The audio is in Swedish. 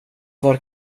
var